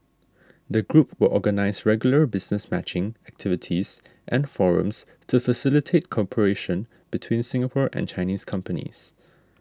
the group will organise regular business matching activities and forums to facilitate cooperation between Singapore and Chinese companies